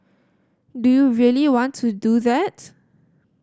do you really want to do that